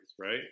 right